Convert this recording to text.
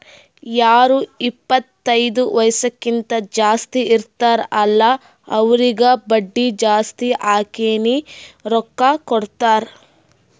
ಯಾರು ಇಪ್ಪತೈದು ವಯಸ್ಸ್ಕಿಂತಾ ಜಾಸ್ತಿ ಇರ್ತಾರ್ ಅಲ್ಲಾ ಅವ್ರಿಗ ಬಡ್ಡಿ ಜಾಸ್ತಿ ಹಾಕಿನೇ ರೊಕ್ಕಾ ಕೊಡ್ತಾರ್